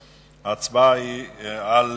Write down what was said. וההצבעה היא על